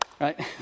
right